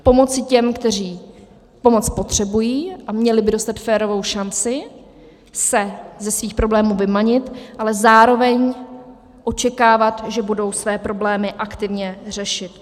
Pomoci těm, kteří pomoc potřebují a měli by dostat férovou šanci se ze svých problémů vymanit, ale zároveň očekávat, že budou své problémy aktivně řešit.